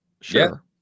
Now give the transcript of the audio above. Sure